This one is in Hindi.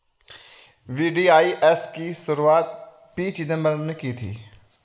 वी.डी.आई.एस की शुरुआत पी चिदंबरम ने की थी